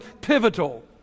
pivotal